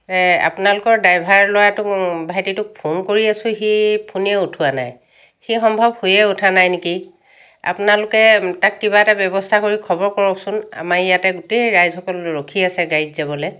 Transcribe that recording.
আপোনালোকৰ ড্ৰাইভাৰ ল'ৰাটোক ভাইটিটোক ফোন কৰি আছোঁ সি ফোনেই উঠোৱা নাই সি সম্ভৱ শুৱেই উঠা নাই নেকি আপোনালোকে তাক কিবা এটা ব্যৱস্থা কৰি খবৰ কৰকচোন আমাৰ ইয়াতে গোটেই ৰাইজসকল ৰখি আছে গাড়ীত যাবলৈ